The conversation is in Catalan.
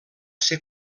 ser